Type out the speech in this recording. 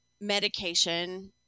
medication